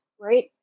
right